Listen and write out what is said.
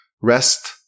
rest